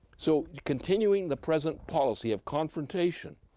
so continuing the present policy of confrontation,